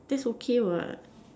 that's okay what